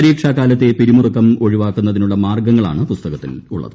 പരീക്ഷക്കാലത്തെ പിരിമുറുക്കുട് ഒഴിവാക്കുന്നതിനുള്ള മാർഗ്ഗങ്ങളാണ് പുസ്തകത്തിലുള്ളത്